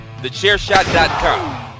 TheChairShot.com